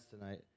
tonight